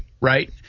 right